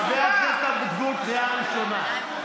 חבר הכנסת אבוטבול, קריאה ראשונה.